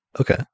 Okay